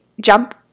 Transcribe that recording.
jump